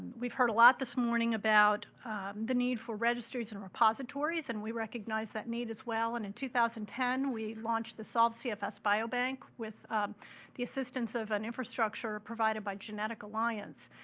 we've heard a lot this morning about the need for registries and repositories, and we recognize that need as well, and in two thousand and ten we launched the solve cfs biobank, with the assistants of an infrastructure provided by genetic alliance,